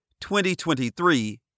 2023